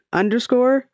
underscore